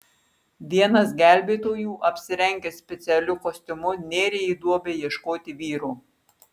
vienas gelbėtojų apsirengęs specialiu kostiumu nėrė į duobę ieškoti vyro